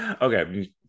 Okay